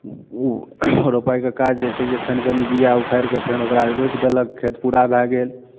ओ रोपाइके काज जे छै जे फेन कनि बीआ उखाड़ि कऽ फेर ओकरा रोपि देलक खेत पूरा भए गेल